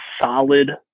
solid